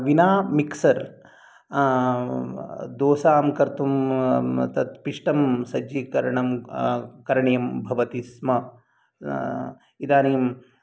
विना मिक्सर् दोसां कर्तुं तत् पिष्टं सज्जीकरणं करणीयं भवति स्म इदानीं